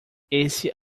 esse